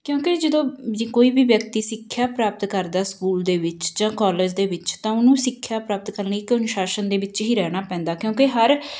ਕਿਉਂਕਿ ਜਦੋਂ ਜੇ ਕੋਈ ਵੀ ਵਿਅਕਤੀ ਸਿੱਖਿਆ ਪ੍ਰਾਪਤ ਕਰਦਾ ਸਕੂਲ ਦੇ ਵਿੱਚ ਜਾਂ ਕੋਲਜ ਦੇ ਵਿੱਚ ਤਾਂ ਉਹਨੂੰ ਸਿੱਖਿਆ ਪ੍ਰਾਪਤ ਕਰਨੀ ਇੱਕ ਅਨੁਸ਼ਾਸ਼ਨ ਦੇ ਵਿੱਚ ਹੀ ਰਹਿਣਾ ਪੈਂਦਾ ਕਿਉਂਕਿ ਹਰ